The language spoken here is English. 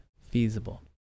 feasible